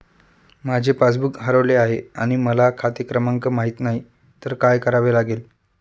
माझे पासबूक हरवले आहे आणि मला खाते क्रमांक माहित नाही तर काय करावे लागेल?